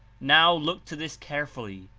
now look to this carefully,